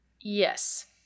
Yes